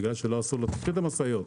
למשל משאיות.